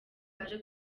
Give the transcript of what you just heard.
aje